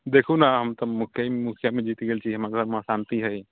देखू ने हम तऽ मुखियामे जीत गेल छी हमरा घरमे अशान्ति हइ